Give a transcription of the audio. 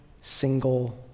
single